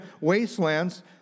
wastelands